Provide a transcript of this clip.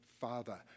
father